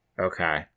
okay